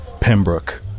Pembroke